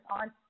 on